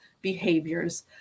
behaviors